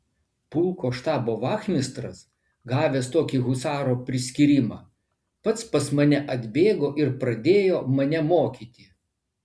pulko štabo vachmistras gavęs tokį husaro priskyrimą pats pas mane atbėgo ir pradėjo mane mokyti